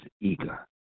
eager